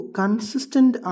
consistent